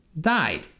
Died